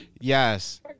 yes